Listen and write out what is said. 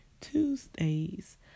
Tuesdays